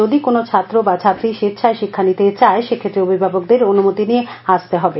যদি কোনো ছাত্র বা ছাত্রী স্বেচ্ছায় শিক্ষা নিতে চায় সেক্ষেত্রে অভিভাবকদের অনুমতি নিয়ে আসতে হবে